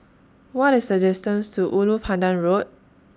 What IS The distance to Ulu Pandan Road